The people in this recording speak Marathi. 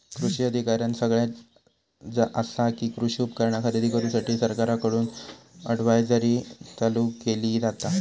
कृषी अधिकाऱ्यानं सगळ्यां आसा कि, कृषी उपकरणा खरेदी करूसाठी सरकारकडून अडव्हायजरी चालू केली जाता